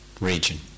region